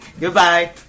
Goodbye